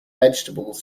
vegetables